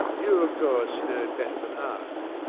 you, of course, know better than i.